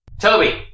toby